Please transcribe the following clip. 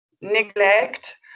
neglect